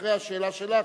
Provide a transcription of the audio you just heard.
אחרי השאלה שלך,